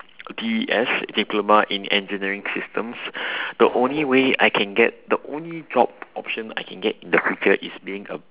D_E_S diploma in engineering systems the only way I can get the only job option I can get in the future is being a